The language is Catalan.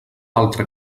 altre